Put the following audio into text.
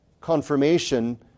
confirmation